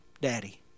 Daddy